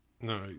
No